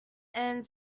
and